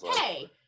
Hey